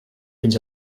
fins